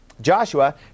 Joshua